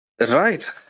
right